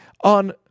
on